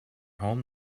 home